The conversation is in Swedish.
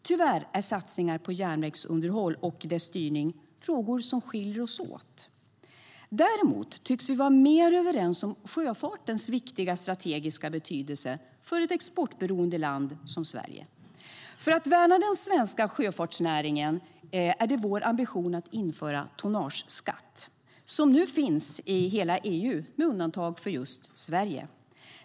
Tyvärr är satsningar på järnvägsunderhåll och dess styrning frågor som skiljer oss åt. Däremot tycks vi vara mer överens om sjöfartens viktiga strategiska betydelse för ett exportberoende land som Sverige. För att värna den svenska sjöfartsnäringen är det vår ambition att införa tonnageskatt, som nu finns i hela EU med undantag av just Sverige.